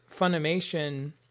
Funimation